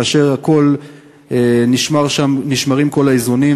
כאשר נשמרים כל האיזונים.